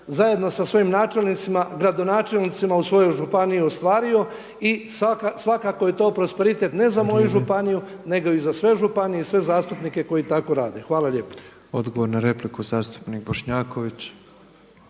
zajedno sa svojim načelnicima, gradonačelnicima u svojoj županiji ostvario. I svakako je to prosperitet ne za moju županiju nego i za sve županije i za sve zastupnike koji tako rade. Hvala lijepo. **Petrov, Božo (MOST)** Odgovor na repliku zastupnik Bošnjaković.